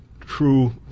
true